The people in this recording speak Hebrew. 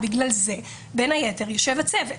בגלל זה, בין היתר, יושב הצוות.